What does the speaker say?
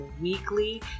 weekly